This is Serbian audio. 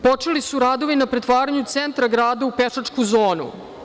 Počeli su radovi na pretvaranju centra grada u pešačku zonu.